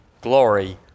glory